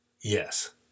Yes